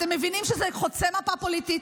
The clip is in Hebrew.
אתם מבינים שזה חוצה מפה פוליטית,